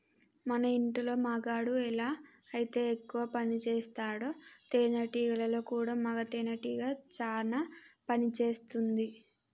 మన ఇంటిలో మగాడు ఎలా అయితే ఎక్కువ పనిసేస్తాడో తేనేటీగలలో కూడా మగ తేనెటీగ చానా పని చేస్తుంది